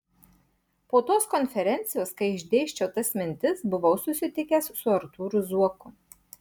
po tos konferencijos kai išdėsčiau tas mintis buvau susitikęs su artūru zuoku